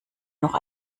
noch